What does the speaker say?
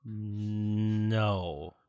No